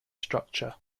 structure